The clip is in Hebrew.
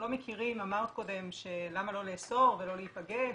אמרת קודם למה לא לאסור ולא להיפגש,